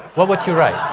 what would you write?